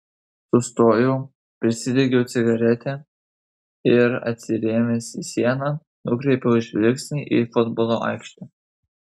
sustojau prisidegiau cigaretę ir atsirėmęs į sieną nukreipiau žvilgsnį į futbolo aikštę